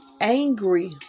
angry